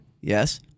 Yes